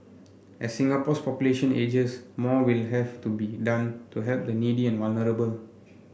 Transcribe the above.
as Singapore's population ages more will have to be done to help the needy and vulnerable